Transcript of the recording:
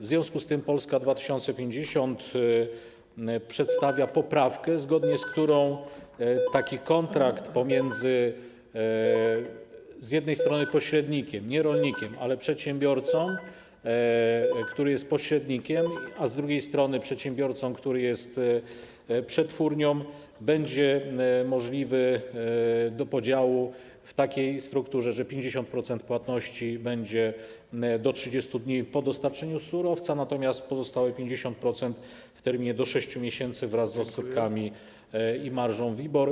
W związku z tym Polska 2050 przedstawia poprawkę, zgodnie z którą taki kontrakt pomiędzy z jednej strony pośrednikiem, nie rolnikiem, ale przedsiębiorcą, który jest pośrednikiem, a z drugiej strony przedsiębiorcą, który jest przetwórcą, będzie możliwy do podziału w takiej strukturze, że 50% płatności będzie do 30 dni po dostarczeniu surowca, natomiast pozostałe 50% - w terminie do 6 miesięcy, wraz z odsetkami i marżą WIBOR.